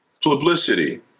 publicity